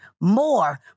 more